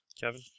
Kevin